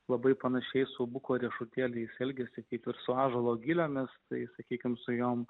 labai panašiai su buko riešutėliais elgiasi kitur su ąžuolo gilėmis tai sakykime su joms